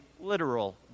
literal